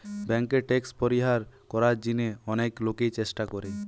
বেঙ্কে ট্যাক্স পরিহার করার জিনে অনেক লোকই চেষ্টা করে